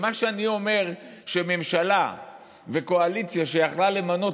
מה שאני אומר זה שממשלה וקואליציה שיכלה למנות